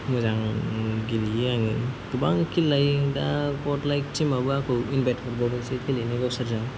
मोजां गेलेयो आरो गोबां किल लायो दा बर्डलाइत टिमाबो आंखौ इन्भाइत खालाम बावबायसो गेलेनो गावसोरजों